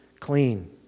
clean